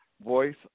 voice